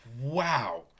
wow